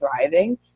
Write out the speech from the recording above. thriving